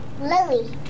Lily